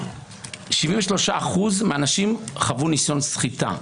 73% מהאנשים חוו ניסיון סחיטה.